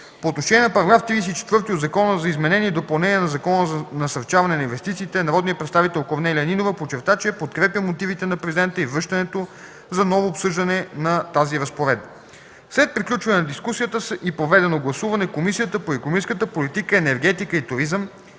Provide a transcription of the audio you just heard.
По отношение на § 34 от Закона за изменение и допълнение на Закона за насърчаване на инвестициите, народният представител Корнелия Нинова подчерта, че подкрепя мотивите на Президента и връщането за ново обсъждане на тази разпоредба. След приключване на дискусията и проведено гласуване Комисията по икономическата политика, енергетика и туризъм